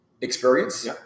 experience